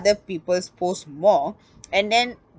other people's post more and then